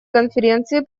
конференции